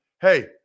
Hey